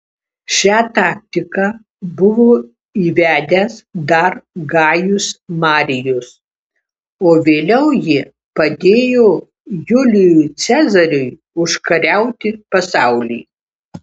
šią taktiką buvo įvedęs dar gajus marijus o vėliau ji padėjo julijui cezariui užkariauti pasaulį